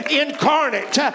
incarnate